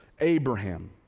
Abraham